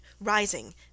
rising